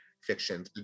fiction